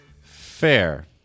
Fair